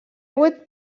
vuit